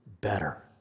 better